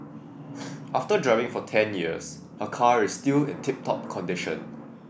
after driving for ten years her car is still in tip top condition